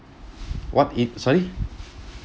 what in~ sorry